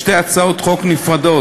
לשתי הצעות חוק נפרדות,